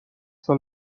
سال